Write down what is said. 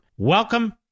Welcome